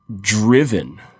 driven